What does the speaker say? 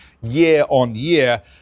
year-on-year